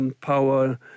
power